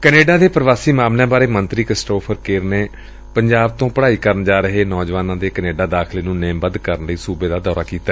Canada ਦੇ ਪ੍ਰਵਾਸੀ ਮਾਮਲਿਆਂ ਬਾਰੇ ਮੰਤਰੀ ਕ੍ਸਿਟੋਫਰ ਕੇਰ ਨੇ ਪੰਜਾਬ ਤੋਂ ਪੜ੍ਹਾਈ ਕਰਨ ਜਾ ਰਹੇ ਨੌਜਵਾਨਾਂ ਦੇ ਕੈਨੇਡਾ ਦਾਖਲੇ ਨੁੰ ਨੇਮਬੱਧ ਕਰਨ ਲਈ ਸੁਬੇ ਦਾ ਦੌਰਾ ਕੀਤਾ